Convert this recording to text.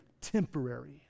temporary